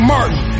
Martin